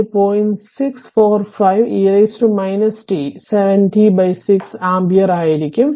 645 e t 7t 6 ampere ആയിരിക്കും